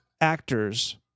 actors